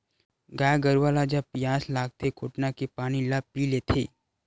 गाय गरुवा ल जब पियास लागथे कोटना के पानी ल पीय लेथे